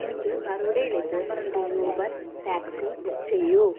എനിക്ക് ബറോഡയിലേക്ക് ഒരു യൂബർ ടാക്സി ബുക്ക് ചെയ്യൂ